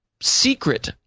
secret